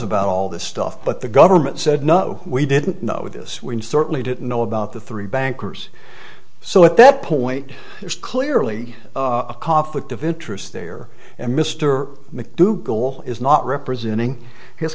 about all this stuff but the government said no we didn't know this we certainly didn't know about the three banker's so at that point there's clearly a conflict of interest there and mr mcdougal is not representing his